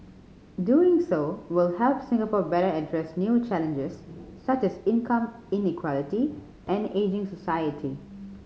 doing so will help Singapore better address new challenges such as income inequality and ageing society